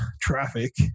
traffic